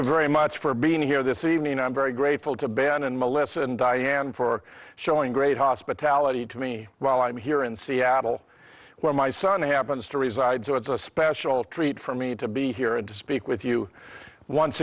you very much for being here this evening i'm very grateful to ban and melissa and diane for showing great hospitality to me while i'm here in seattle where my son happens to reside so it's a special treat for me to be here and to speak with you once